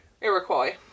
Iroquois